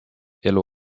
elu